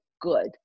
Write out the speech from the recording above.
good